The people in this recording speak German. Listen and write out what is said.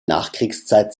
nachkriegszeit